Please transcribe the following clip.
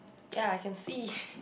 ya I can see